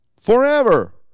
forever